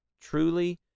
truly